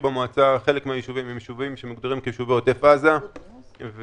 חלק מהיישובים במועצה הם יישובים שמוגדרים כיישובי עוטף עזה ואני